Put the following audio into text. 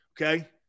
Okay